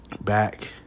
Back